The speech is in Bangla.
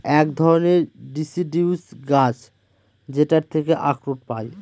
এক ধরনের ডিসিডিউস গাছ যেটার থেকে আখরোট পায়